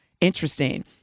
interesting